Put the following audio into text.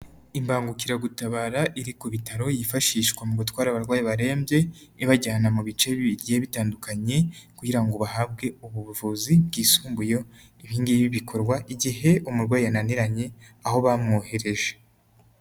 Imbangukiragutabara iri ku bitaro yifashishwa mu gutwara abarwayi barembye ibajyana mu bice bibirigiye bitandukanye kugira ngo bahabwe ubuvuzi bwisumbuyeho, ibi ngibi bikorwa igihe umurwayi yananiranye aho bamwohereje.